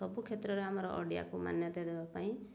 ସବୁ କ୍ଷେତ୍ରରେ ଆମର ଓଡ଼ିଆକୁ ମାନ୍ୟତା ଦେବା ପାଇଁ